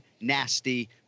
Nasty